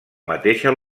mateixa